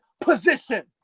position